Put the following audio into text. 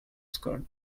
skirt